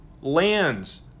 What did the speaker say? lands